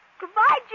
Goodbye